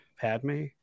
Padme